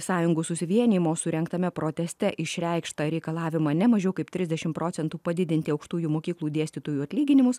sąjungų susivienijimo surengtame proteste išreikštą reikalavimą ne mažiau kaip trisdešim procentų padidinti aukštųjų mokyklų dėstytojų atlyginimus